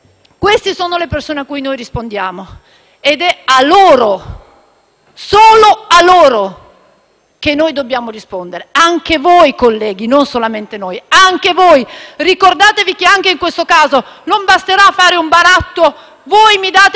Queste sono le persone a cui rispondiamo. È a loro - solo a loro - che noi dobbiamo rispondere. Ma non solamente noi, anche voi, colleghi. Ricordatevi che, anche in questo caso, non basterà fare un baratto (voi mi date